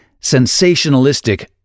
sensationalistic